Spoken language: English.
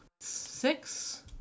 six